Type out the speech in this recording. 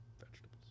vegetables